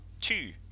two